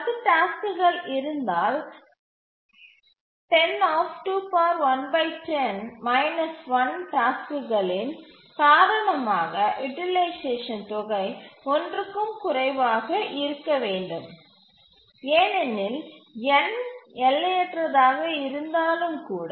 10 டாஸ்க்குகள் இருந்தால் டாஸ்க்குகளின் காரணமாக யூட்டிலைசேஷன் தொகை 1 க்கும் குறைவாக இருக்க வேண்டும் ஏனெனில் n எல்லையற்றதாக இருந்தாலும் கூட